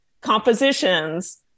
compositions